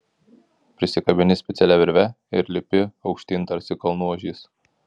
prisikabini specialia virve ir lipi aukštyn tarsi kalnų ožys